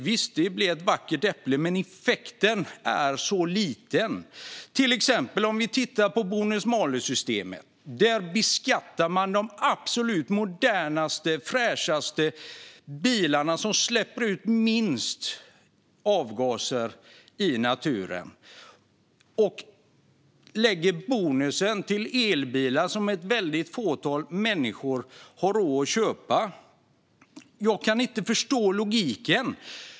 Visst, det är ett vackert äpple, men effekten är liten. Vi kan till exempel titta på bonus-malus-systemet. Där beskattar man de absolut modernaste och fräschaste bilarna, som släpper ut minst avgaser i naturen, och lägger bonusen på elbilar, som ett fåtal människor har råd att köpa. Jag kan inte förstå logiken.